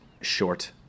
short